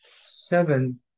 seven